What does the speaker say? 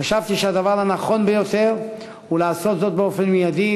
חשבתי שהדבר הנכון ביותר הוא לעשות זאת באופן מיידי,